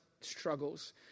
struggles